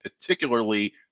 particularly